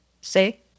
Say